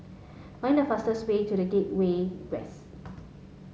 find the fastest way to the Gateway West